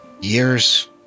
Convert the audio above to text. years